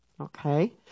Okay